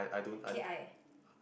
K I